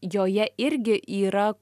joje irgi yra